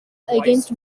against